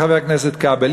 חבר הכנסת כבל,